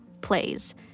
plays